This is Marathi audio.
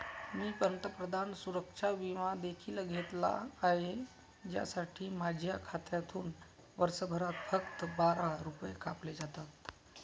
मी पंतप्रधान सुरक्षा विमा देखील घेतला आहे, ज्यासाठी माझ्या खात्यातून वर्षभरात फक्त बारा रुपये कापले जातात